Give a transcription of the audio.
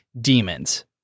demons